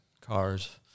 cars